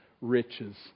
riches